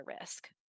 risk